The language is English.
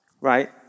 Right